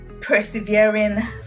persevering